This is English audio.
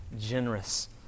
generous